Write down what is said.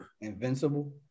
Invincible